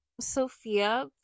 Sophia